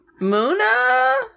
Muna